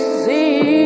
see